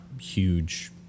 huge